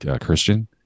christian